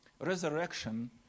resurrection